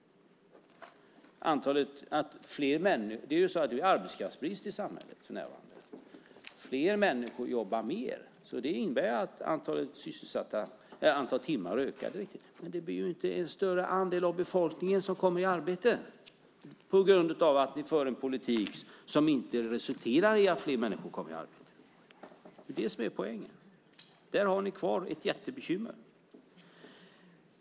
Det råder för närvarande arbetskraftsbrist i samhället. Fler människor jobbar mer, vilket innebär att antalet timmar ökar. Det är riktigt. Men det betyder inte att en större andel av befolkningen kommer i arbete eftersom ni för en politik som inte resulterar i att fler människor kommer i arbete. Det är det som är poängen. Där har ni kvar ett jättebekymmer.